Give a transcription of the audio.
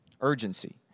Urgency